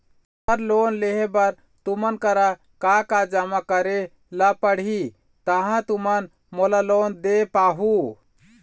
Sir loan लेहे बर तुमन करा का का जमा करें ला पड़ही तहाँ तुमन मोला लोन दे पाहुं?